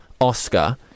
Oscar